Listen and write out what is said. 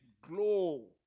glow